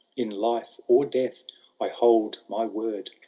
in life or death i hold my word!